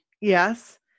yes